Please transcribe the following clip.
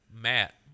Matt